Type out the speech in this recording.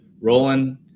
rolling